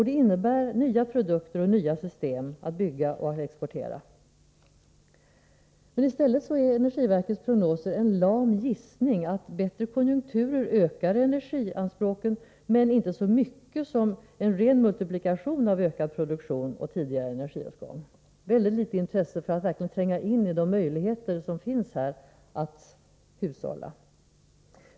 Det innebär nya produkter och nya system att bygga och exportera. I stället är energiverkets prognoser en lam gissning att bättre konjunkturer ökar energianspråken, men inte så mycket som en ren multiplikation av ökad produktion och tidigare energiåtgång. Man visar mycket litet intresse för att verkligen tränga in i de möjligheter som finns att hushålla.